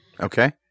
Okay